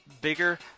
bigger